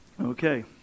Okay